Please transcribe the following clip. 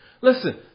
Listen